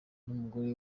umugore